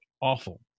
awful